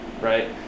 right